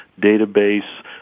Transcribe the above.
database